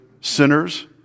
sinners